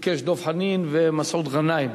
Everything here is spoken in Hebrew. ביקשו דב חנין ומסעוד גנאים.